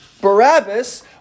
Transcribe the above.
Barabbas